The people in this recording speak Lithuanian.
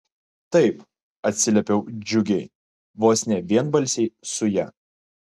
taip atsiliepiau džiugiai vos ne vienbalsiai su ja